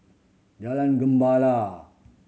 Jalan Gemala